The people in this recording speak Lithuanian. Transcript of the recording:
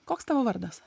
koks tavo vardas